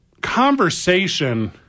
conversation